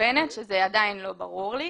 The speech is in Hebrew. מכוונת וזה עדיין לא ברור לי.